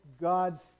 God's